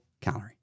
calorie